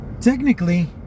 technically